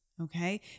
okay